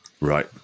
right